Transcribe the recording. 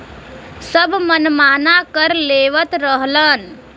सब मनमाना कर लेवत रहलन